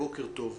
בוקר טוב.